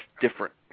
different